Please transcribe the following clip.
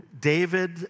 David